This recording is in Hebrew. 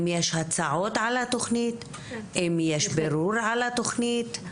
אם יש הצעות על התכנית, אם יש בירור על התכנית.